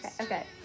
Okay